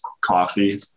coffee